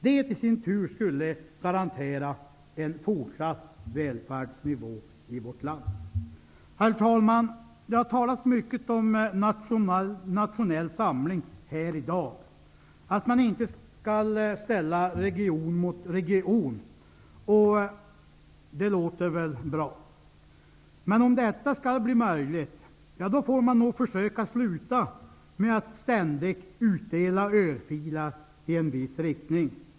Det skulle i sin tur garantera en fortsatt välfärdsnivå i vårt land. Herr talman! Det har talats mycket om nationell samling här i dag och att man inte skall ställa region mot region. Det låter väl bra, men om detta skall bli möjligt måste man nog sluta med att ständigt utdela örfilar i en viss riktning.